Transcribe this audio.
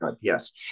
Yes